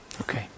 Okay